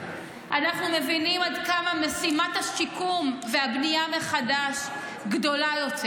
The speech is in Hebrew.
אנחנו מבינים עד כמה משימת השיקום והבנייה מחדש גדולה יותר,